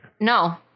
No